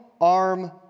arm